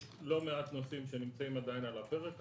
יש לא מעט נושאים שנמצאים עדיין על הפרק.